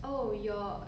oh you're